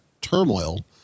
turmoil